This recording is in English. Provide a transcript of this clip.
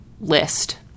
list